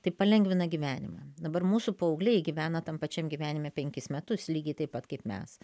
tai palengvina gyvenimą dabar mūsų paaugliai gyvena tam pačiam gyvenime penkis metus lygiai taip pat kaip mes